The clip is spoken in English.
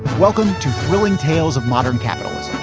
welcome to thrilling tales of modern capitals